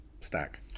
stack